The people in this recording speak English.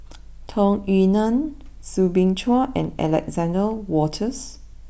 Tung Yue Nang Soo Bin Chua and Alexander Wolters